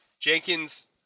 Jenkins